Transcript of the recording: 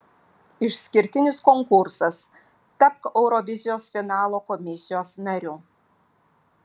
išskirtinis konkursas tapk eurovizijos finalo komisijos nariu